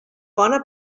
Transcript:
bona